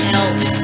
else